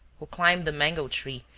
who climbed the mango-tree,